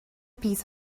piece